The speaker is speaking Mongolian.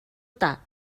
даа